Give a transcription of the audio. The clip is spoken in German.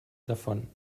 davon